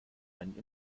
einen